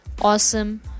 awesome